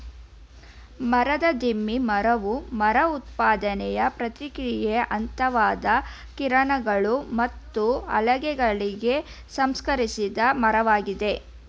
ಮರದ ದಿಮ್ಮಿ ಮರವು ಮರ ಉತ್ಪಾದನೆಯ ಪ್ರಕ್ರಿಯೆಯ ಹಂತವಾದ ಕಿರಣಗಳು ಮತ್ತು ಹಲಗೆಗಳಾಗಿ ಸಂಸ್ಕರಿಸಿದ ಮರವಾಗಿದೆ